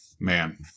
Man